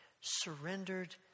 surrendered